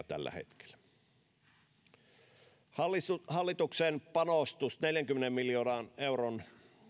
tällä hetkellä hallituksen neljänkymmenen miljoonan euron